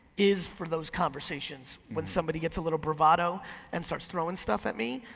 is for those conversations when somebody gets a little brovado and starts throwing stuff at me.